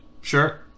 Sure